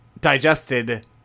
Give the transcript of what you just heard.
digested